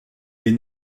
est